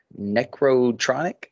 Necrotronic